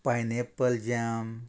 pineapple jam